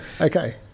Okay